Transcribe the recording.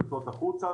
יוצאות החוצה.